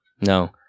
No